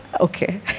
Okay